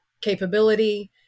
capability